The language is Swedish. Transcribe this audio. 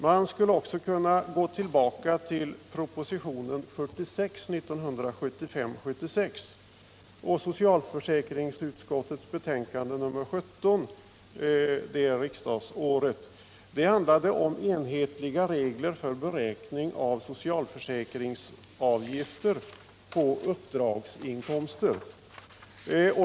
Man skulle också kunna gå tillbaka till propositionen 1975/76:46 och socialförsäkringsutskottets betänkande nr 17 det riksdagsåret. Det handlade om enhetliga regler för beräkning av socialförsäkringsavgifter på uppdragsinkomster.